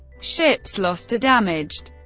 ships lost or damaged